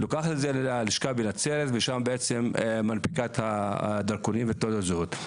לוקחת אותן ללשכה בנצרת ושם מנפיקה את הדרכונים ואת תעודות הזהות.